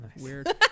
Weird